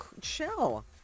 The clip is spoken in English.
chill